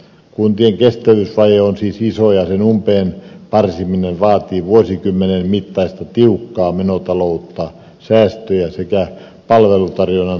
kuntien kestävyysvaje on siis iso ja sen umpeen parsiminen vaatii vuosikymmenen mittaista tiukkaa menotaloutta säästöjä sekä palvelutarjonnan harventamista